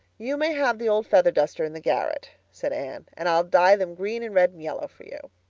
you may have the old feather duster in the garret, said anne, and i'll dye them green and red and yellow for you.